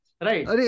Right